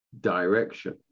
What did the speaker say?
direction